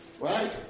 right